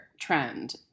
trend